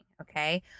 okay